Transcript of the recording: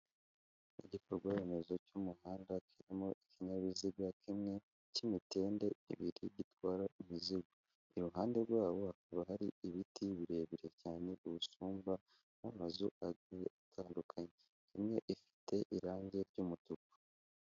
Igikorwaremezo cy'umuhanda kirimo ikinyabiziga na kimwe cy'imitende ibiri gitwara imizigo. Iruhande rwawo hakaba hari ibiti birebire cyane bisumba n'amazu agiye atandukanye, imwe ifite irange ry'umutuku.